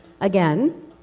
again